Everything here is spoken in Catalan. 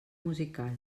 musical